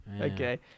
Okay